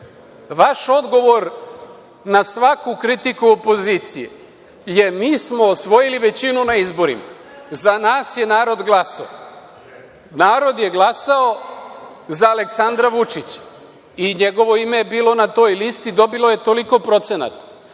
odgovor na svaku kritiku opozicije je – mi smo osvojili većinu na izborima, za nas je narod glasao. Narod je glasao za Aleksandra Vučića i njegovo ime je bilo na toj listi, dobilo je toliko procenata.